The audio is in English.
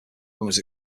was